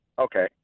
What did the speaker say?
Okay